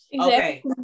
okay